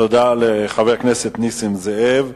תודה לחבר הכנסת נסים זאב.